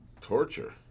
torture